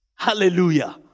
Hallelujah